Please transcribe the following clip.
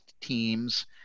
teams